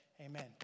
Amen